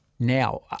Now